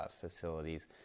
facilities